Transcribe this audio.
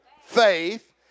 faith